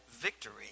victory